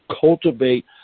cultivate